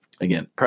Again